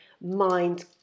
mind